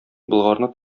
болгарны